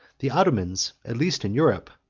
the ottomans, at least in europe,